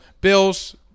Bills